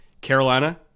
Carolina